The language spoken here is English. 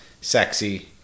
sexy